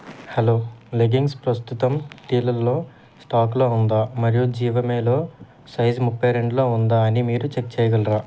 hello leggings ప్రస్తుతం టీలలో స్టాక్లో ఉందా మరియు జివామేలో సైజ్ ముప్పై రెండులో ఉందా అని మీరు చెక్ చెయ్యగలరా